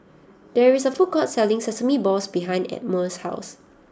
there is a food court selling Sesame Balls behind Elmore's house